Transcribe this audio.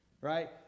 right